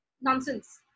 nonsense